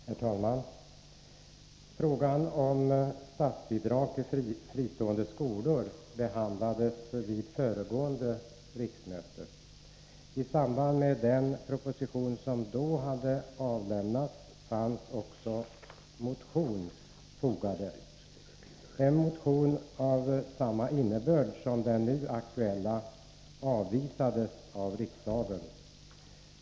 Herr talman! Frågan om statsbidrag till fristående skolor behandlades vid föregående riksmöte. I samband med den proposition som då hade avläm nats hade också motioner väckts. En motion av samma innebörd som den nu aktuella avvisades av riksdagen.